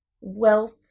wealth